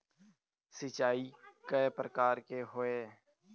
सिचाई कय प्रकार के होये?